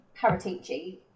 Paratici